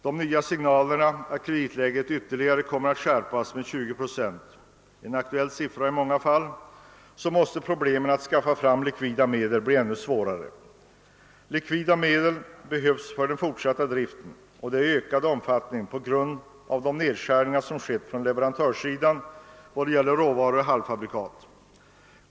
De nya signalerna att kreditrestriktionerna kommer att ytterligare skärpas med 20 procent — en aktuell siffra i många fall — innebär att svårigheterna att skaffa likvida medel måste bli ännu större. Likvida medel behövs för den fortsatta driften och detta i ökad omfattning på grund av de nedskärningar av krediterna som skett från leverantörsidan beträffande råvaror och halvfabrikat.